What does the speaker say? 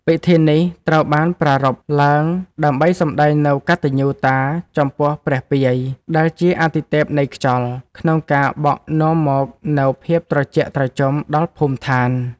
ពិធីនេះត្រូវបានប្រារព្ធឡើងដើម្បីសម្ដែងនូវកតញ្ញូតាចំពោះព្រះពាយ ដែលជាអាទិទេពនៃខ្យល់ ក្នុងការបក់នាំមកនូវភាពត្រជាក់ត្រជុំដល់ភូមិឋាន។